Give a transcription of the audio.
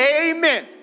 Amen